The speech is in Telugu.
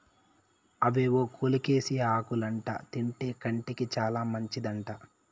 అవేవో కోలోకేసియా ఆకులంట తింటే కంటికి చాలా మంచిదంట